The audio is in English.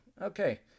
Okay